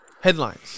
Headlines